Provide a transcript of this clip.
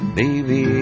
baby